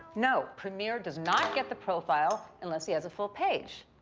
no, premier does not get the profile, unless he has a full page.